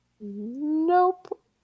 Nope